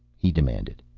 he demanded.